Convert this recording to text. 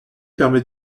permet